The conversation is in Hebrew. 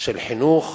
של חינוך,